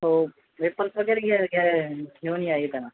हो पेपर्स वगैरे घ का घेऊन या येताना